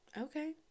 Okay